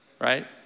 right